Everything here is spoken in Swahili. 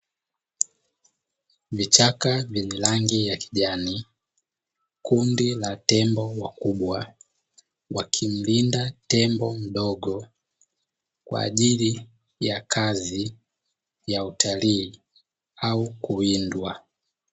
Vichaka vyenye rangi ya kijani, kundi la tembo wakubwa wakimlinda tembo mdogo kwa ajili ya kazi ya utalii au kuwindwa.